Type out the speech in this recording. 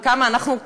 וכמה אנחנו,